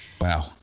Wow